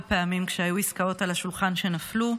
פעמים כשהיו עסקאות על השולחן ונפלו,